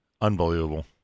Unbelievable